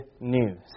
news